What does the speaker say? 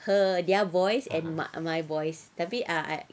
her their boys and my boys tapi ah I